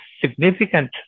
significant